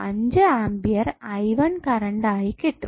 5 ampere current ആയി കിട്ടും